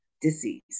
disease